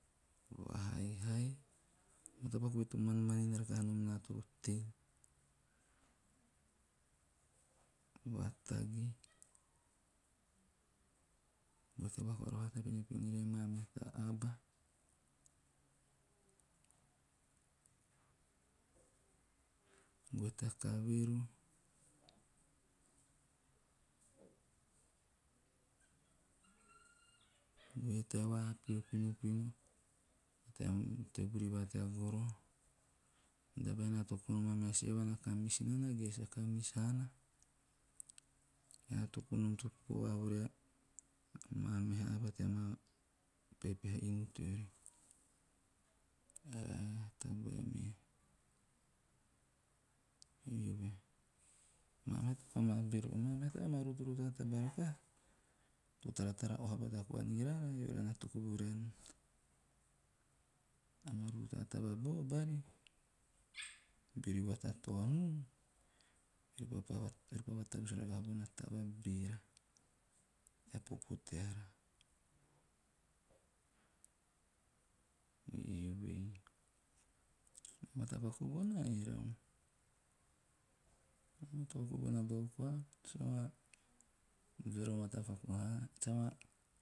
Va haihai o matapaku vai to man'manin rakaha nom na toro tei, vatagi goe tea vakoara va hata ria maa meha aba, goe tea kaveru goe tea vapio pinopino tea vuri va tea goroho, goe tea vapio pinopino tea vuri va tea goroho, men' tabae ean na toku nom a meha si aba kamisi nana ge sa kamisi haana. Ean na toku nom to popo vavaha vo ria maa meha aba tea maa pepeha inu teori. Ae a tabae me, eove. Maa meha ma bero. Maa meha taem amaa rut'ruta taba rakaha to taratara oha bata koa ni raraa eara na toku voraen amaa ruta taba bari beori vatataonun ore pa vatavus rakaha bona taba beera, tea popo teara. Eovei, o matapaku bona erau amaa mata paku bona bau koa sa maa bero matapaku haana, sa maa.